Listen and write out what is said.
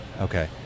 okay